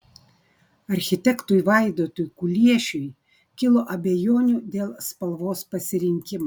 architektui vaidotui kuliešiui kilo abejonių dėl spalvos pasirinkimo